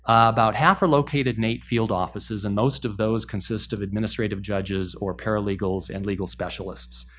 about half are located in eight field offices and most of those consist of administrative judges or paralegals and legal specialists.